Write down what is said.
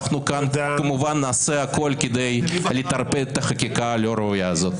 אנחנו כאן כמובן נעשה הכול כדי לטרפד את החקיקה הלא ראויה הזאת.